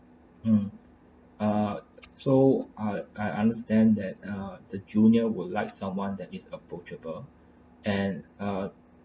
mm ah so I I understand that uh the junior would like someone that is approachable and uh